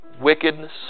wickedness